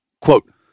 Quote